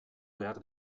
behar